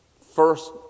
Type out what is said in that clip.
first